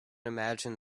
imagine